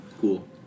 cool